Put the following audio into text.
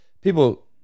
people